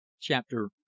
Chapter